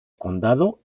condado